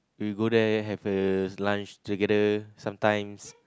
we go there have a lunch together sometimes